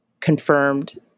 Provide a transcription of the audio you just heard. confirmed